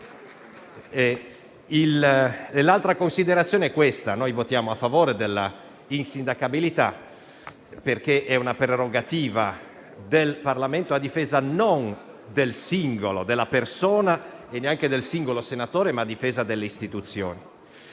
seconda considerazione. Noi votiamo a favore dell'insindacabilità perché è una prerogativa del Parlamento a difesa non della persona e neanche del singolo senatore, ma delle Istituzioni.